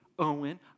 Owen